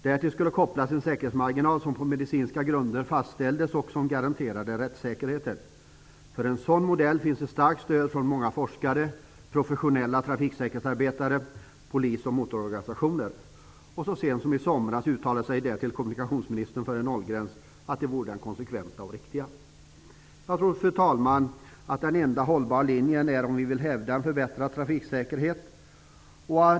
Därtill skulle kopplas en säkerhetsmarginal, som på medicinska grunder fastställdes och som garanterade rättssäkerheten. För en sådan modell finns ett starkt stöd från många forskare, professionella trafiksäkerhetsarbetare, polis och motororganisationer, och så sent som i somras uttalade sig därtill kommunikationsministern för att en nollgräns vore det konsekventa och riktiga. Jag tror, fru talman, att det är den enda hållbara linjen om vi vill hävda en förbättrad trafiksäkerhet.